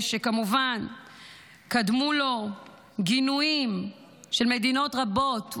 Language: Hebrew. כמובן קדמו לו גינויים של מדינות רבות,